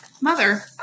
Mother